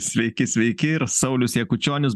sveiki sveiki ir saulius jakučionis